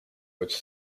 which